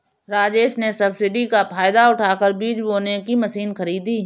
राजेश ने सब्सिडी का फायदा उठाकर बीज बोने की मशीन खरीदी